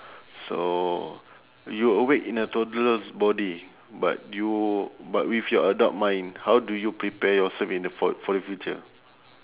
so you awake in a toddler's body but you but with your adult mind how do you prepare yourself in the for for the future